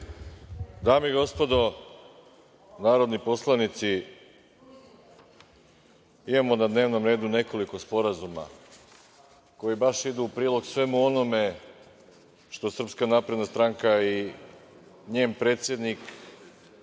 Dame i gospodo narodni poslanici, imamo na dnevnom redu nekoliko sporazuma koji baš idu u prilog svemu onome što SNS i njen predsednik